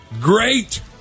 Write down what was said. Great